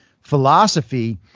philosophy